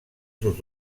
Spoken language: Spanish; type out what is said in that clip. sus